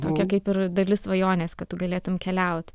tokia kaip ir dalis svajonės kad tu galėtum keliaut